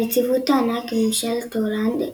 הנציבות טענה כי ממשלת הולנד,